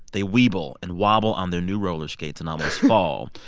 they weeble and wobble on their new roller skates and almost fall.